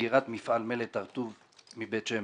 לסגירת מפעל "מלט הר-טוב" מבית שמש.